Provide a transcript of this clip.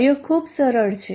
કાર્ય ખૂબ સરળ છે